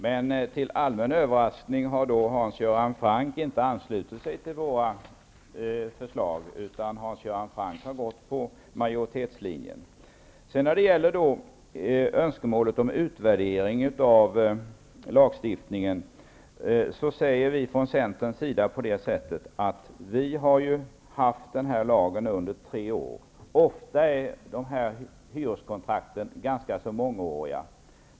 Men till allmän överraskning har Hans Göran Franck inte anslutit sig till våra förslag, utan han har följt majoritetslinjen. När det gäller önskemålet om utvärdering av lagstiftningen säger vi från Centerns sida: Vi har ju haft den här lagen under tre år. Ofta är dessa hyreskontrakt mångåriga.